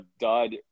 dud